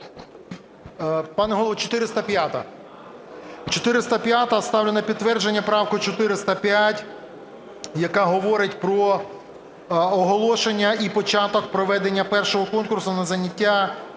Пане Голово, 405-а. Ставлю на підтвердження правку 405, яка говорить про оголошення і початок проведення першого конкурсу на зайняття